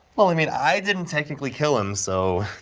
well, i mean, i didn't technically kill him, so.